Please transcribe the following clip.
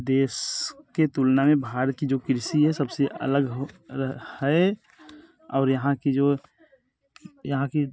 देश के तुलना में भारत की जो कृषि है सब से अलग है और यहाँ की जो यहाँ की